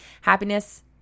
Happiness